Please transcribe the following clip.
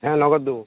হ্যাঁ নগদ দোবো